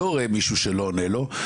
אני לא רואה מישהו שלא עונה לו.